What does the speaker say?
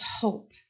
hope